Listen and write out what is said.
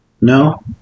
No